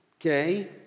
okay